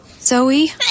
zoe